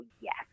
yes